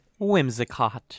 Whimsicott